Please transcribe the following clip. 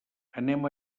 anem